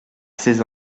seize